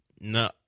No